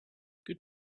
good